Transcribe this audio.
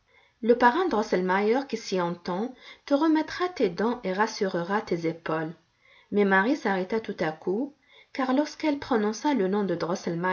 le parrain drosselmeier qui s'y entend te remettra tes dents et rassurera tes épaules mais marie s'arrêta tout à coup car lorsqu'elle prononça le nom de